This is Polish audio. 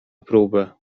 próbę